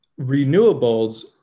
renewables